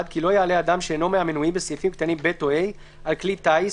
כי לא יעלה אדם שאינו מהמנויים בסעיפים קטנים (ב) או (ה) על כלי טיס,